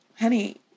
honey